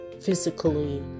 physically